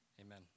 Amen